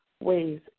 Ways